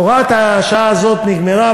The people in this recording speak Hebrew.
הוראת השעה הזאת נגמרה,